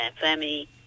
family